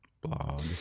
Blog